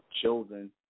children